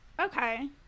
Okay